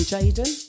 Jaden